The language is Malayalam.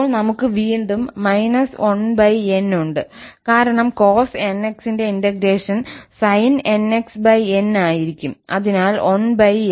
അപ്പോൾ നമുക്ക് വീണ്ടും − 1𝑛 ഉണ്ട് കാരണം cos 𝑛𝑥 ന്റെ ഇന്റഗ്രേഷൻ sin 𝑛𝑥𝑛 ആയിരിക്കും അതിനാൽ 1𝑛